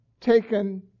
taken